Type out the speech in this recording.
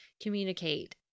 communicate